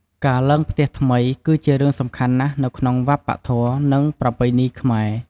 ការឡើងផ្ទះថ្មី គឺជារឿងសំខាន់ណាស់នៅក្នុងវប្បធម៌ និងប្រពៃណីខ្មែរ។